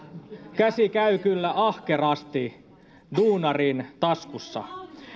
käsi käy kyllä ahkerasti duunarin taskussa